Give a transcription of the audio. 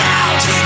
out